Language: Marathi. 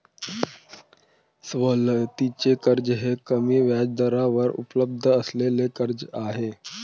सवलतीचे कर्ज हे कमी व्याजदरावर उपलब्ध असलेले कर्ज आहे